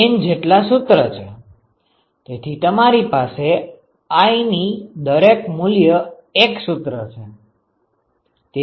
N જેટલા સૂત્ર છે તેથી તમારી પાસે i ની દરેક મૂલ્ય 1 સૂત્ર છે